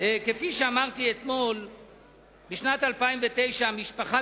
כי בניגוד למדינות המערב,